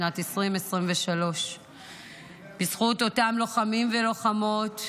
בשנת 2023. בזכות אותם לוחמים ולוחמות,